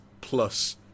plus